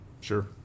Sure